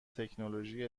تکنولوژی